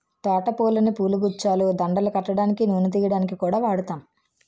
తోట పూలని పూలగుచ్చాలు, దండలు కట్టడానికి, నూనె తియ్యడానికి కూడా వాడుతాం